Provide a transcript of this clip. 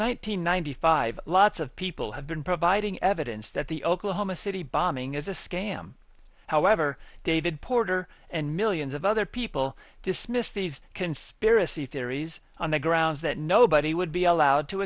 hundred ninety five lots of people have been providing evidence that the oklahoma city bombing is a scam however david porter and millions of other people dismissed these conspiracy theories on the grounds that nobody would be allowed to